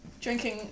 drinking